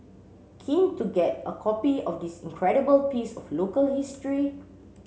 keen to get a copy of this incredible piece of local history